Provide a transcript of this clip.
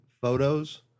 photos